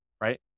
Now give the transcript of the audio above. right